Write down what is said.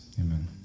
amen